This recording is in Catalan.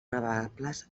navegables